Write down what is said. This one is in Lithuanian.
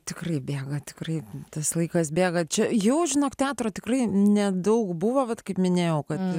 tikrai bėgo tikrai tas laikas bėga čia jau žinok teatro tikrai nedaug buvo bet kaip minėjau kad